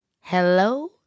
Hello